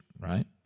right